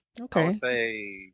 Okay